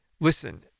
Listen